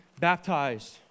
baptized